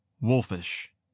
wolfish